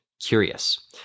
curious